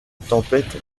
tempête